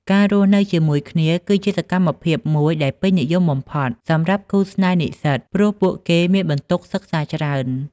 ការរស់នៅជាមួយគ្នា គឺជាសកម្មភាពមួយដែលពេញនិយមបំផុតសម្រាប់គូស្នេហ៍និស្សិត ព្រោះពួកគេមានបន្ទុកសិក្សាច្រើន។